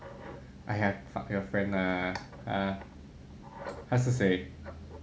!aiya! fuck your friend lah 她是谁